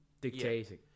dictating